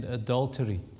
adultery